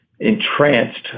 Entranced